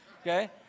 Okay